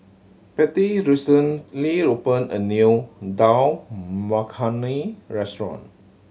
Pattie recently opened a new Dal Makhani Restaurant